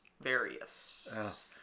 Various